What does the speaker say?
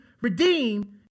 redeem